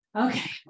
okay